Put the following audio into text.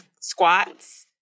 squats